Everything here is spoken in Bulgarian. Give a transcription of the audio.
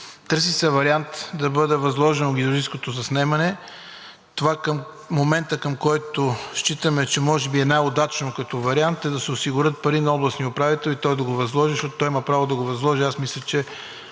Търси се вариант да бъде възложено геодезичното заснемане. Това към момента, което считаме, че е най-удачно като вариант, е да се осигурят пари на областния управител и той да го възложи, защото той има право да го възложи. Аз мисля, че